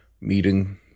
meeting